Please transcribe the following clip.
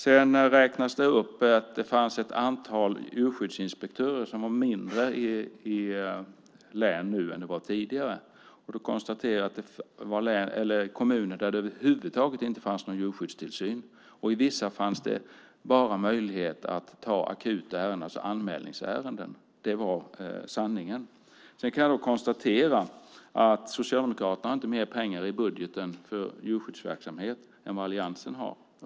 Sedan räknas det upp att antalet djurskyddsinspektörer var mindre i vissa län nu än tidigare. Då konstaterar jag att det var kommuner där det över huvud taget inte fanns någon djurskyddstillsyn. I vissa fanns det bara möjlighet att ta akuta ärenden, alltså anmälningsärenden. Det var sanningen. Sedan kan jag konstatera att Socialdemokraterna inte har mer pengar i budgeten för djurskyddsverksamhet än vad alliansen har.